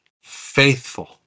faithful